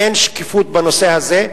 אין שקיפות בנושא הזה,